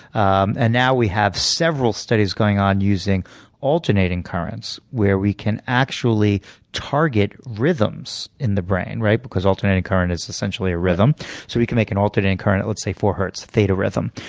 and now we have several studies going on using alternating currents, where we can actually target rhythms in the brain. because alternating current is essentially a rhythm. so we can make an alternating current at let's say four hertz theta rhythm.